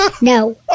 No